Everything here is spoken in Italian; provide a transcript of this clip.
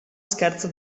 scherzo